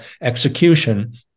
execution